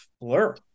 blur